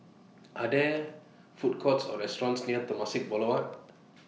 Are There Food Courts Or restaurants near Temasek Boulevard